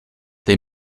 they